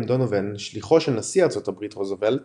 דונובן שליחו של נשיא ארצות הברית רוזוולט